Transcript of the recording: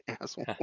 asshole